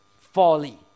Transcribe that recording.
folly